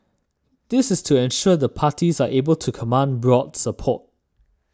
this is to ensure the parties are able to command broad support